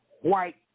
white